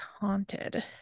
Haunted